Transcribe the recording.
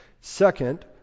Second